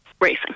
racing